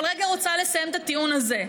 אבל רגע רוצה לסיים את הטיעון הזה.